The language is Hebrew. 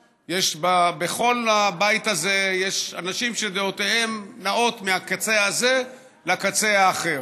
בכל הבית הזה יש אנשים שדעותיהם נעות מהקצה הזה לקצה האחר.